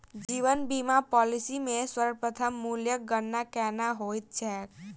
जीवन बीमा पॉलिसी मे समर्पण मूल्यक गणना केना होइत छैक?